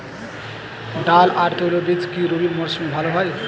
ডাল আর তৈলবীজ কি রবি মরশুমে ভালো হয়?